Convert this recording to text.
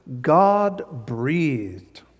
God-breathed